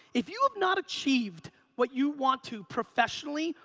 if you have not achieved what you want to professionally,